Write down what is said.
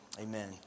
Amen